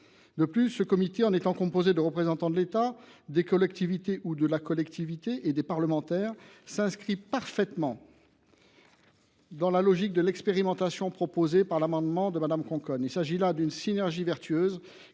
la mesure où il sera composé de représentants de l’État, des collectivités – ou de la collectivité – et des parlementaires, s’inscrit parfaitement dans la logique de l’expérimentation proposée dans l’amendement de Mme Conconne. Il s’agit là d’une synergie vertueuse